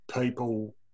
people